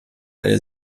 eine